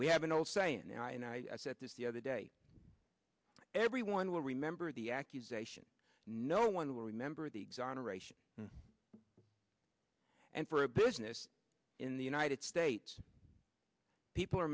we have an old saying now and i said this the other day everyone will remember the accusation no one will remember the exoneration and for a business in the united states people are